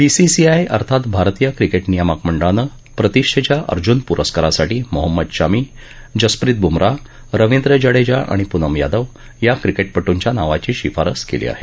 BCCI अर्थात भारतीय cricket नियामक मंडळानं प्रतिष्ठेच्या अर्जुन पुरस्कारासाठी मोहम्मद शामी जसप्रित बुमराह रविंद्र जडेजा आणि पूनम यादव या क्रिकेटपटूंच्या नावाची शिफारस केली आहे